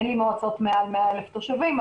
אין לי מועצות מעל 100,000 תושבים,